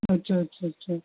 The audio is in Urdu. اچھا اچھا اچھا